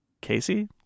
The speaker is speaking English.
Casey